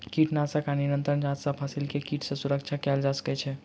कीटनाशक आ निरंतर जांच सॅ फसिल के कीट सॅ सुरक्षा कयल जा सकै छै